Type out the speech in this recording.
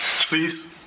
please